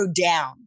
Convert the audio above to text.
down